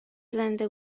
زنده